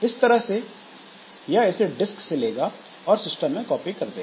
इस तरह से यह इसे डिस्क से लेगा और सिस्टम में कॉपी कर देगा